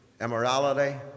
immorality